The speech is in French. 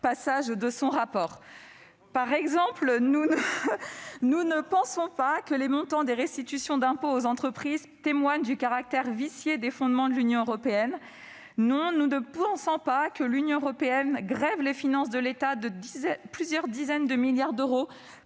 passages de votre rapport. Ainsi, nous ne pensons pas que les montants des restitutions d'impôt aux entreprises témoignent du caractère vicié des fondements de l'Union européenne. Non, nous ne pensons pas non plus que l'Union européenne grève les finances de l'État de plusieurs dizaines de milliards d'euros